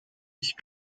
ich